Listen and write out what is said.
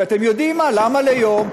ואתם יודעים מה, למה ליום?